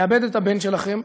לאבד את הבן שלכם,